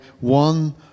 one